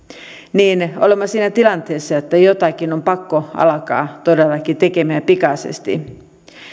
niin olemme siinä tilanteessa että jotakin on pakko alkaa todellakin tekemään ja pikaisesti